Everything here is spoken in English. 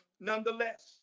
Nonetheless